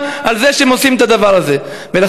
תודה רבה לך,